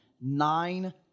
nine